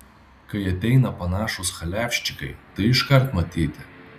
kai ateina panašūs chaliavščikai tai iškart matyti